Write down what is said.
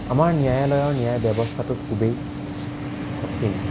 আমাৰ ন্যায়ালয়ৰ ন্যায় ব্যৱস্থাটো খুবেই কঠিন